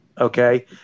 okay